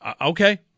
Okay